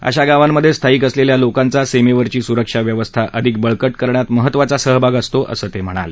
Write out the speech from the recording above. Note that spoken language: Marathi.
अशा गावांमध्ये स्थाईक असलेल्या लोकांचा सीमेवरची सुरक्षा व्यवस्था अधिक बळकट होण्यात महत्वाचा सहभाग असतो असं ते म्हणाले